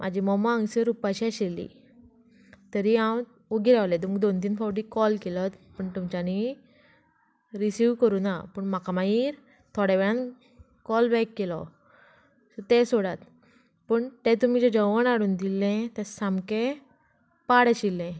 म्हाजी मम्मा हांगसर उपाशी आशिल्ली तरी हांव उगी रावले तुमकां दोन तीन फावटी कॉल केलोत पूण तुमच्यांनी रिसीव करूंक ना पूण म्हाका मागीर थोड्या वेळान कॉल बॅक केलो सो ते सोडात पूण ते तुमी जे जेवण हाडून दिल्ले ते सामके पाड आशिल्ले